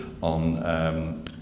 on